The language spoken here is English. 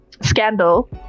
scandal